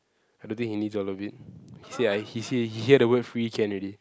I don't think he needs all of it he say I he say he hear the word free can already